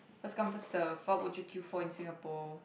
first come first serve what would you queue for in Singapore